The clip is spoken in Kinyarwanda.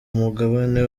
mugabane